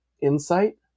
insight